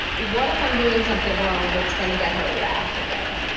what if i'm doing something wrong that's going to get her wrath again?